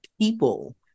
people